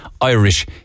Irish